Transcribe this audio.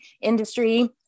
industry